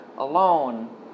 alone